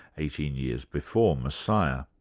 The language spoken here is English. eighteen years before messiah.